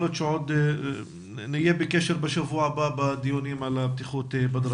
יכול להיות שנהיה בקשר בשבוע הבא במסגרת הדיונים על הבטיחות בדרכים.